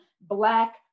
Black